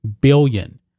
billion